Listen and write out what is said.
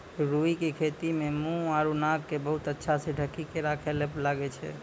रूई के तैयारी मं मुंह आरो नाक क बहुत अच्छा स ढंकी क राखै ल लागै छै